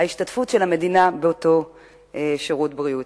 ההשתתפות של המדינה באותו שירות בריאות.